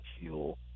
fuel